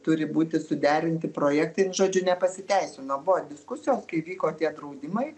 turi būti suderinti projektai žodžiu nepasiteisino buvo diskusijos kai vyko tie draudimai